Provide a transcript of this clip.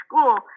school